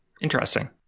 Interesting